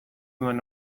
nuen